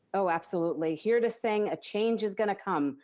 oh, absolutely. here to sing a change is gonna come,